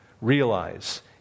Realize